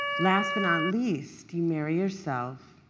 last but not least, you marry yourself